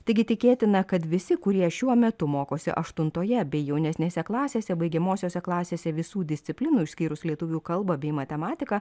taigi tikėtina kad visi kurie šiuo metu mokosi aštuntoje bei jaunesnėse klasėse baigiamosiose klasėse visų disciplinų išskyrus lietuvių kalbą bei matematiką